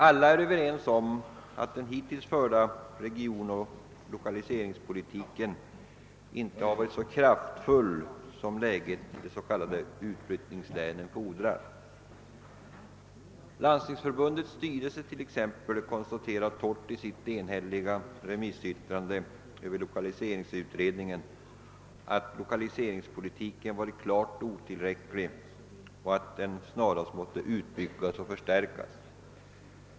Alla är överens om att den hittills förda regionoch lokaliseringspolitiken inte har varit så kraftfull som läget i de s.k. utflyttningslänen fordrar. Landstingsförbundets styrelse exempelvis konstaterar först i sitt enhälliga remissyttrande över lokaliseringsutredningen, att lokaliseringspolitiken varit klart otillräcklig och att den snarast måste utbyggas och förstärkas.